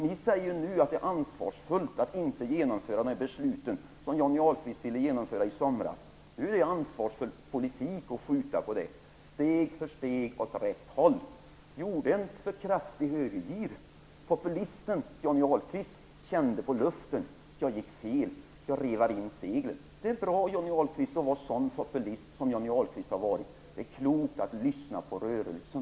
Ni säger nu att det är ansvarsfullt att inte genomföra de beslut som Johnny Ahlqvist ville genomföra i somras. Nu är det ansvarsfull politik att skjuta på det. Det går steg för steg åt rätt håll. Ni gjorde en för kraftig högergir. Populisten Johnny Ahlqvist kände i luften att han gick fel och revade in seglen. Det är bra att vara en sådan populist som Johnny Ahlqvist har varit. Det är klokt att lyssna på rörelsen.